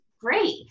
great